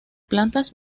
plantas